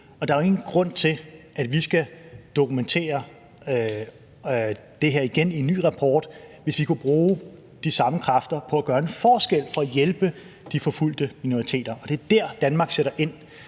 Der er jo ingen grund til, at vi skal dokumentere det her igen i en ny rapport, hvis vi kunne bruge de samme kræfter på at gøre en forskel ved at hjælpe de forfulgte minoriteter. Det er der, Danmark sætter ind.